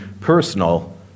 personal